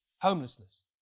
homelessness